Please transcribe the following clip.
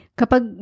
kapag